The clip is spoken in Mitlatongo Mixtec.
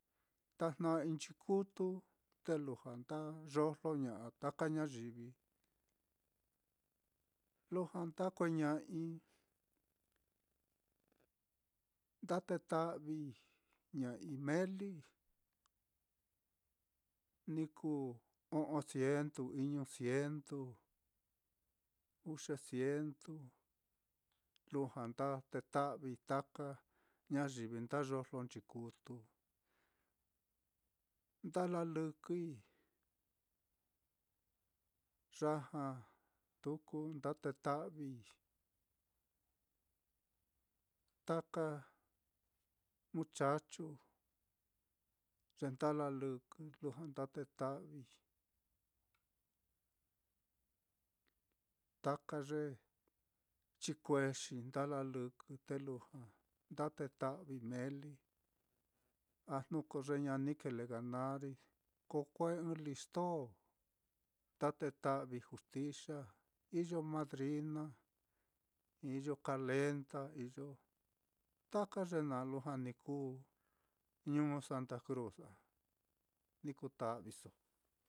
Tajna'ai nchikutu te lujua nda yojloña'a taka ñayivi, lujua nda kuña'ai, nda teta'viña'ai meeli, ni kuu o'on cientu, iñu cientu, uxe cientu, lujua nda teta'vii taka ñayivi nda yojlo nchikutu, nda lalɨkɨi ya já tuku nda teta'vii taka muchachu ye nda lalɨkɨ lujua nda teta'vii, taka ye chikuexi nda lalɨkɨ te lujua nda teta'vii meli a jnu ko ye ña ni kile ganarii, ko kue ɨ́ɨ́n listo nda teta'vi juxtixa, iyo madrina iyo kalenda iyo, taka ye naá lujua ni kuu ñuu santa cruz á, ni kuu ta'viso.